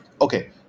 okay